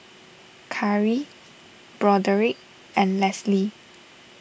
Khari Broderick and Leslee